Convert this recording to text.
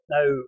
Now